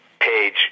page